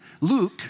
Luke